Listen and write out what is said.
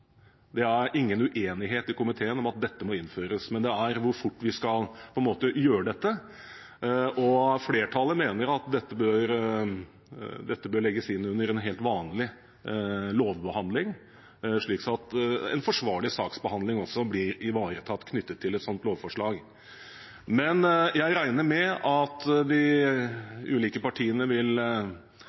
må innføres, men spørsmålet er hvor fort vi skal gjøre det. Flertallet mener at dette bør legges inn under en helt vanlig lovbehandling, slik at en forsvarlig saksbehandling knyttet til et slikt lovforslag blir ivaretatt. Jeg regner med at de ulike partiene vil